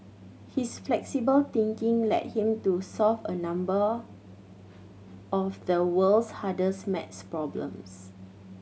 his flexible thinking led him to solve a number of the world's hardest math problems